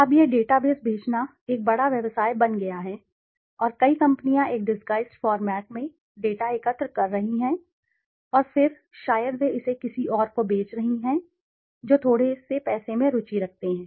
अब यह डेटाबेस बेचना एक बड़ा व्यवसाय बन गया है और कई कंपनियां एक डिसगाइज्ड फॉर्मेट में डेटा एकत्र कर रही हैं और फिर शायद वे इसे किसी और को बेच रही हैं जो थोड़े से पैसे में रुचि रखते हैं